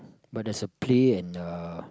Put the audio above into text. but there's a play and a